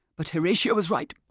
but horatia was right